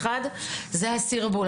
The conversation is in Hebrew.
אחד, הסרבול.